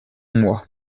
moi